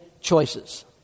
choices